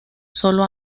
solo